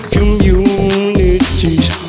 Communities